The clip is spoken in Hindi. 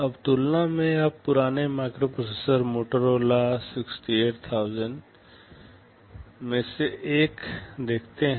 अब तुलना में आप पुराने माइक्रोप्रोसेसर मोटोरोला 68000 में से एक देखते हैं